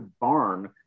barn